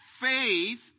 Faith